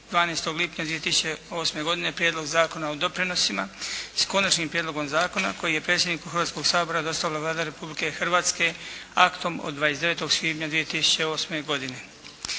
12. lipnja 2008. godine Prijedlog zakona o doprinosima, s konačnim prijedlogom zakona, koji je predsjedniku Hrvatskoga sabora dostavila Vlada Republike Hrvatske aktom od 29. svibnja 2008. godine.